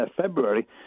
February